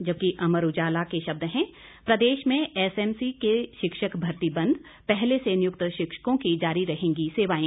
जबकि अमर उजाला के शब्द हैं प्रदेश में एसएमसी से शिक्षक भर्ती बंद पहले से नियुक्त शिक्षकों की जारी रहेंगी सेवाएं